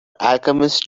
alchemists